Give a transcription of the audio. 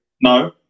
No